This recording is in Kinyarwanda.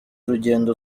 urugendo